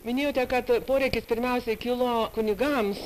minėjote kad poreikis pirmiausia kilo kunigams